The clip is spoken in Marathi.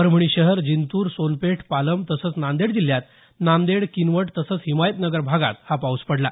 परभणी शहर जिंतूर सोनपेठ पालम तसंच नांदेड जिल्ह्यात नांदेड किनवट तसंच हिमायतनगर भागात हा पाऊस पडला